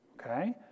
okay